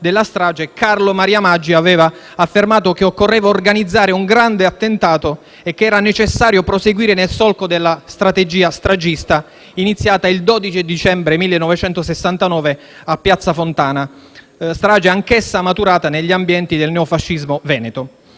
Carlo Maria Maggi aveva affermato che occorreva organizzare un grande attentato e che era necessario proseguire nel solco della strategia stragista iniziata il 12 dicembre 1969 in piazza Fontana (strage anch'essa maturata negli ambienti del neofascismo veneto).